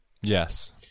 Yes